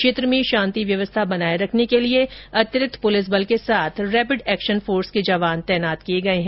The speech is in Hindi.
क्षेत्र में शांति व्यवस्था बनाए रखने के लिए अतिरिक्त पुलिस बल के साथ रेपिर्ड एक्शन फोर्स के जवान तैनात किए गए हैं